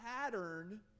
pattern